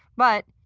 but,